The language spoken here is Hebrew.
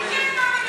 אני כן מאמינה.